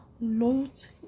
loyalty